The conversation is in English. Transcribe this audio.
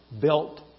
built